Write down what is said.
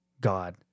god